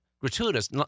gratuitous